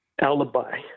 alibi